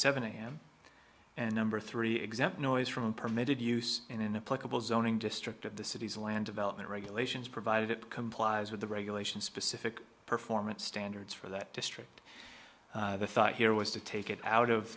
seven am and number three exempt noise from a permitted use in a political zoning district of the city's land development regulations provided it complies with the regulations specific performance standards for that district the thought here was to take it out of